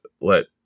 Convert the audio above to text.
let